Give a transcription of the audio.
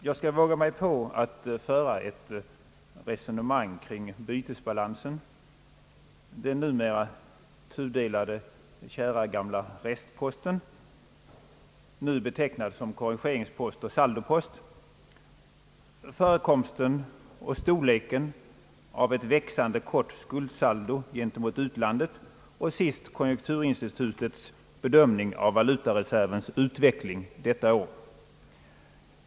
Jag skall våga mig på att föra ett resonemang kring bytesbalansen, den numera tudelade kära gamla restposten, nu betecknad som »korrigeringspost« och >»saldopost«, förekomsten och storleken av ett växande kort skuldsaldo gentemot utlandet och sist konjunkturinstitutets bedömning av valutareservens utveckling detta år.